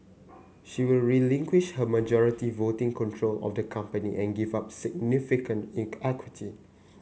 she will relinquish her majority voting control of the company and give up significant ink equity